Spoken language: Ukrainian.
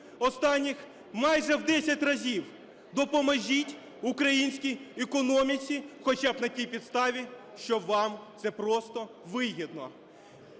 останніх майже в 10 разів, допоможіть українській економіці хоча б на тій підставі, що вам це просто вигідно.